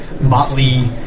motley